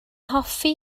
hoffi